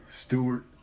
Stewart